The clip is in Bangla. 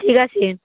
ঠিক আছে